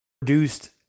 produced